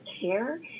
care